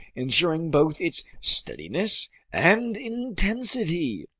insuring both its steadiness and intensity.